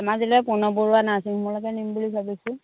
ধেমাজিলৈ প্ৰণৱ বৰুৱা নাৰ্ছিং হোমলৈকে নিম বুলি ভাবিছোঁ